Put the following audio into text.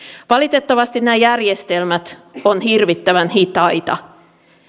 valitettavasti nämä järjestelmät ovat hirvittävän hitaita